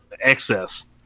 excess